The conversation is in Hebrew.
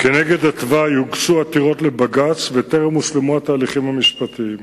לנוכח תוואי הגדר הנבנית באזור השער המזרחי של ירושלים,